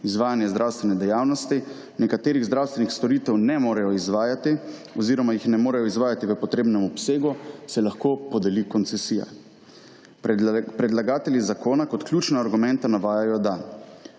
izvajanja zdravstvene dejavnosti, nekaterih zdravstvenih storitev ne morejo izvajati oziroma jih ne morejo izvajati v potrebnem obsegu se lahko podeli koncesija. Predlagatelji zakona kot ključne argumente navajajo, da,